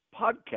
podcast